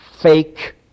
fake